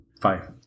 five